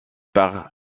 par